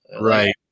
right